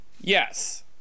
Yes